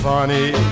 Funny